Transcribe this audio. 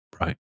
Right